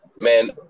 man